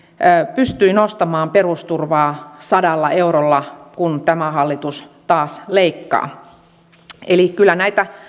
pystyi nostamaan perusturvaa sadalla eurolla kun tämä hallitus taas leikkaa kyllä näitä